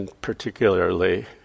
particularly